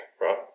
right